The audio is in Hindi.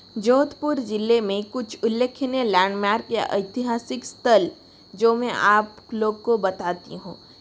जोधपुर ज़िले में कुछ उल्लेखनीय लैंडमार्क या ऐतिहासिक स्थल जो मैं आप लोग को बताती हूँ